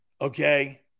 okay